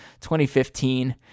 2015